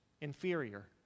inferior